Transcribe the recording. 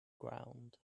ground